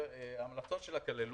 ההמלצות שלה כללו,